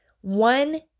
One